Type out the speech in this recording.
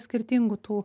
skirtingų tų